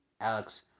Alex